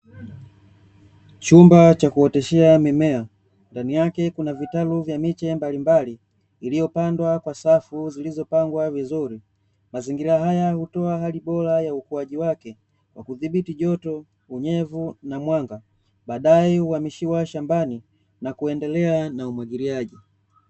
Chumba cha kuoteshea mimea, ndani yake kuna vitalu vya miche mbalimbali iliyopandwa kwa safu zilizopangwa vizuri, mazingira haya hutoa hali bora ya ukuaji wake kwa kudhibiti joto, unyevu na mwanga, badae huhamishiwa shambani na kuendelea na umwagiliaji.